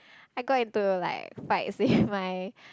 I got into like fights with my